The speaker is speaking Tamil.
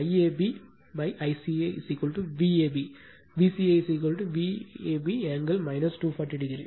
IAB ICA Vab Vca Vab angle 240o